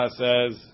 says